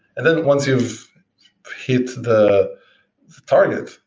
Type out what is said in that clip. and then once you've hit the target,